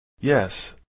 Yes